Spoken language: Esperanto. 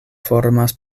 formas